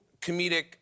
comedic